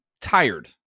tired